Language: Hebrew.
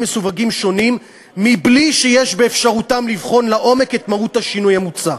מסווגים שונים מבלי שיש באפשרותם לבחון לעומק את מהות השינוי המוצע.